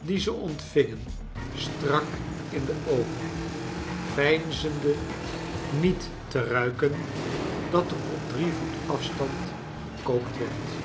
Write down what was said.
die ze ontvingen strak in de oogen veinzende niet te ruiken dat er op drie voet afstand gekookt werd